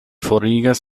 forigas